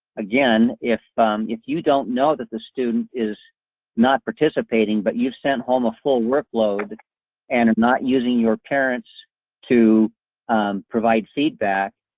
again, if. if you don't know that the student is not participating, but you've sent home a full workload and are not using your parents to umm provide feedback,